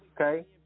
Okay